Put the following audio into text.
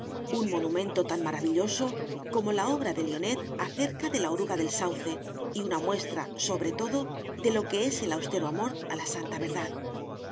un monumento tan maravilloso como la obra de lionnet acerca de la oruga del sauce y una muestra sobre todo de lo que es el austero amor a la santa verdad huía